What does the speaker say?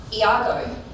Iago